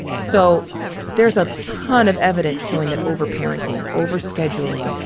so there's a ton of evidence showing that overparenting, overscheduling,